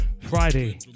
Friday